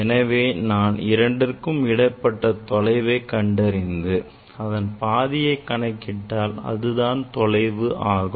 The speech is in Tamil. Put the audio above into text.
எனவே நான் இவ்விரண்டிற்கும் இடைப்பட்ட தொலைவை கண்டறிந்து அதன் பாதியை கணக்கிட்டால் அதுதான் தொலைவு ஆகும்